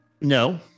No